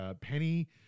penny